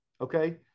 Okay